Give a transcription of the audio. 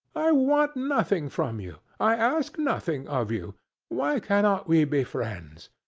i want nothing from you i ask nothing of you why cannot we be friends?